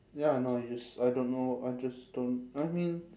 ya I know how to use I don't know I just don't I mean